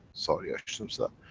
sorry i change that,